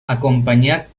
acompanyat